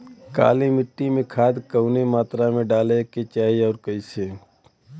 काली मिट्टी में खाद कवने मात्रा में डाले के चाही अउर कइसे?